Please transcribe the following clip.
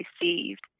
received